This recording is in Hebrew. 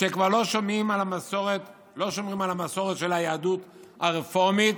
שכבר לא שומרים על המסורת של היהדות הרפורמית,